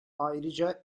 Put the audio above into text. ayrıca